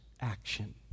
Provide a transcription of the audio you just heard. action